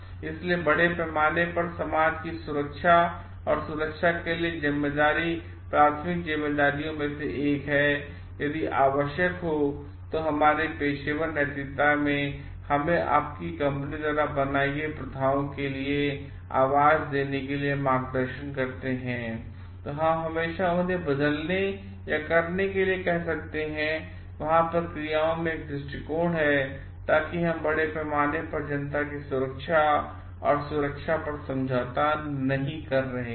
इसलिए बड़े पैमाने पर समाज की सुरक्षा और सुरक्षा के लिए जिम्मेदारी प्राथमिक जिम्मेदारी में से एक है और यदि आवश्यक हो तो हमारे पेशेवर नैतिकता हमें आपकी कंपनी द्वारा की गई प्रथाओं के लिए आवाज देने के लिए मार्गदर्शन करते हैं और हम हमेशा उन्हें बदलने या करने के लिए कह सकते हैंवहाँप्रक्रियाओंमें एक दृष्टिकोणहै ताकि हमबड़े पैमानेपर जनता की सुरक्षा और सुरक्षा पर समझौता नहीं कर रहे हैं